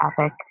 epic